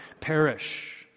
perish